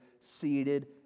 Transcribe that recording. seated